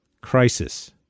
crisis